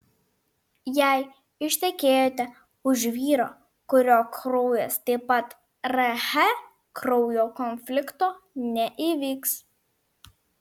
jei ištekėjote už vyro kurio kraujas taip pat rh kraujo konflikto neįvyks